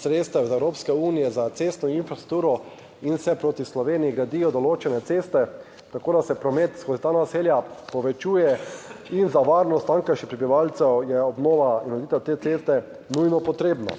sredstev iz Evropske unije za cestno infrastrukturo in se proti Sloveniji gradijo določene ceste, tako da se promet skozi ta naselja povečuje in za varnost tamkajšnjih prebivalcev je obnova in ureditev te ceste nujno potrebna.